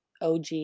OG